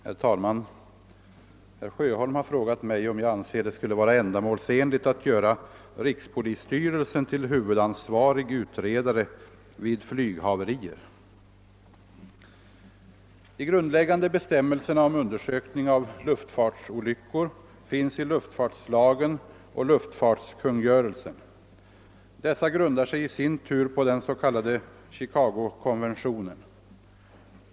Herr talman! Herr Sjöholm har frågat mig om jag anser det skulle vara ändamålsenligt att göra rikspolisstyrelsen till huvudansvarig utredare vid flyghaverier. De grundläggande bestämmelserna om undersökning av luftfartsolyckor finns i luftfartslagen och luftfartskungörelsen. Dessa grundar sig i sin tur på den s.k. Chicagokonventionen.